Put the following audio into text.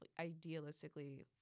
idealistically